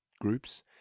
groups